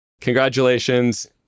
Congratulations